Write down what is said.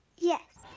yes.